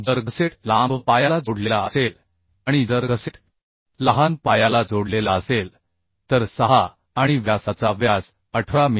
जर गसेट लांब पायाला जोडलेला असेल आणि जर गसेट लहान पायाला जोडलेला असेल तर 6 आणि व्यासाचा व्यास 18 मि